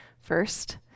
First